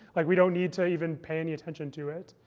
like we don't need to even pay any attention to it.